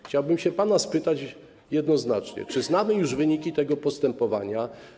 Chciałbym pana spytać jednoznacznie: Czy znamy już wyniki tego postępowania?